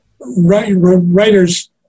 Writers